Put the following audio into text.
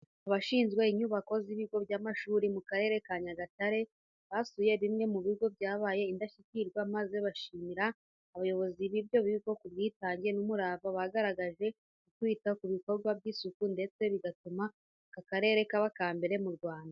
Abashinzwe inyubako z'ibigo by'amashuri mu Karere ka Nyagatare, basuye bimwe mu bigo byabaye indashyikirwa maze bashimira abayobozi b'ibyo bigo ku bwitange n'umurava bagaragaje mu kwita ku bikorwa by'isuku ndetse bigatuma aka karere kaba akambere mu Rwanda.